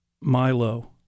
Milo